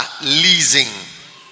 leasing